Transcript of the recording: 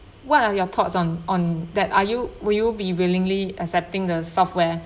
what are your thoughts on on that are you will you be willingly accepting the software